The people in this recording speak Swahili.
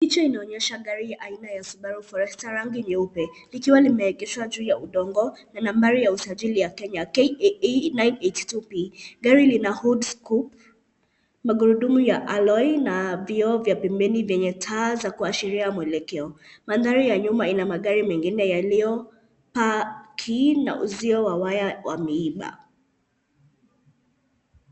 Picha inaonyesha gari aina ya Subaru Forester rangi nyeupe, likiwa limeegeshwa juu ya udongo na nambari ya usajili ya Kenya KCE 982P . Gari lina hoodscope , magurudumu ya alloy na vioo vya pembeni vyenye taa za kuashiria mwelekeo. Mandhari ya nyuma ina magari mengine yaliyopaki na uzio wa waya wa miiba.